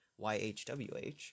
yhwh